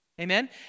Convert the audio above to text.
Amen